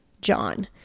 John